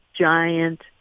giant